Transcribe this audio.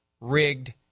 rigged